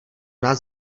nás